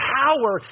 power